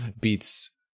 beats